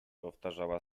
powtarzała